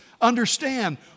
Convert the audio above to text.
understand